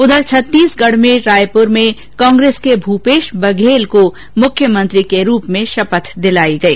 उधर छत्तीसगढ़ में रायपुर में कांग्रेस के भूपेश बघेल को मुख्यमंत्री के रूप में शपथ दिलाई गई